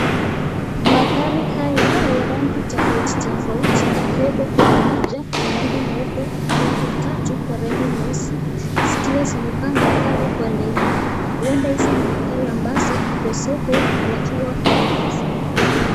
Magari haya ya rangi tofauti tofauti ikiwepo kuna moja ya rangi nyeupe alafu tatu kwa rangi nyeusi ,zikiwa zimepangwa pale kwa laini. Huenda hizi ni magari ambazo iko soko wakiwa wanauza.